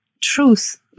truth